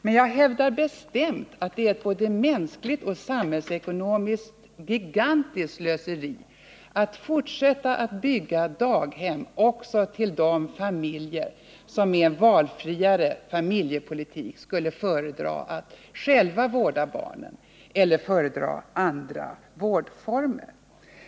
Men jag hävdar bestämt att det både mänskligt och samhällsekonomiskt är ett gigantiskt slöseri att fortsätta bygga daghem också till de familjer som med en mer valfri familjepolitik skulle föredra att själva vårda barnen eller föredra andra vårdformer.